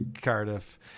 Cardiff